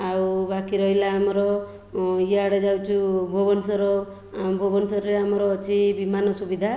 ଆଉ ବାକି ରହିଲା ଆମର ଇଆଡ଼େ ଯାଉଛୁ ଭୁବନଶ୍ୱର ଭୁବନଶ୍ୱରରେ ଆମର ଅଛି ବିମାନ ସୁବିଧା